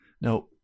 Now